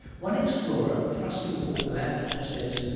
one explorer, thrusting forward the laptop says,